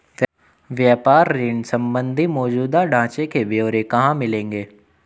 व्यापार ऋण संबंधी मौजूदा ढांचे के ब्यौरे कहाँ मिलेंगे?